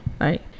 right